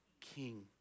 king